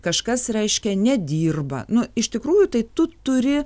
kažkas reiškia nedirba nu iš tikrųjų tu turi